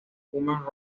human